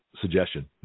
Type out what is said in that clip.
suggestion